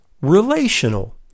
relational